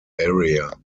area